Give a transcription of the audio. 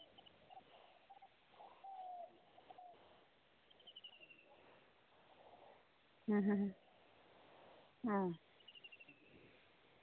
ᱦᱩᱸ ᱦᱩᱸ ᱦᱩᱸ